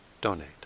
donate